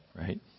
right